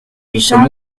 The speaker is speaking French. jean